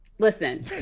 Listen